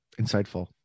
insightful